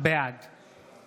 בעד